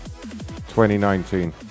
2019